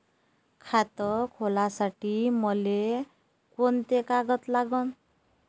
खात खोलासाठी मले कोंते कागद लागन?